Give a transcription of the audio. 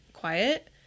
quiet